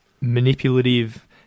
manipulative